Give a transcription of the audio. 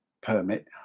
permit